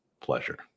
pleasure